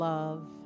Love